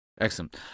Excellent